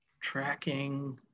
tracking